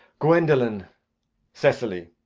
gwendolen cecily